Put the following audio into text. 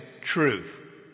truth